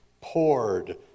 poured